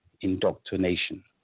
Indoctrination